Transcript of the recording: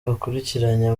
bakurikiranye